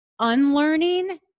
unlearning